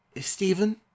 Stephen